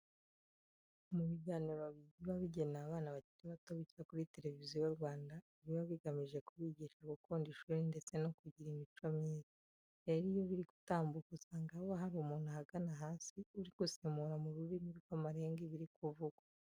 Mu biganiro biba bigenewe abana bakiri bato bica kuri Televiziyo Rwanda biba bigamije kubigisha gukunda ishuri ndetse no kugira imico myiza. Rero iyo biri gutambuka usanga haba hari umuntu ahagana hasi uri gusemura mu rurimi rw'amarenga ibiri kuvugwa.